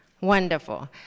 Wonderful